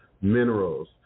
minerals